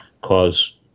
cause